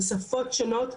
בשפות שונות,